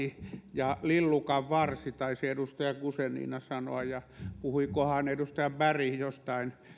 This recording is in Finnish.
ja lillukanvarsi taisi edustaja guzenina sanoa ja puhuikohan edustaja berg jostain